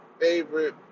favorite